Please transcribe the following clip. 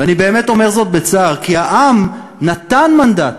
ואני באמת אומר זאת בצער, כי העם נתן מנדט,